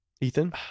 Ethan